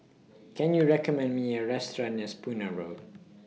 Can YOU recommend Me A Restaurant near Spooner Road